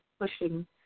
pushing